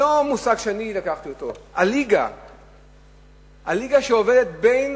זה לא מושג שאני לקחתי אותו, שעובדת בין